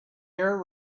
your